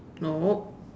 nope